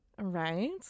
Right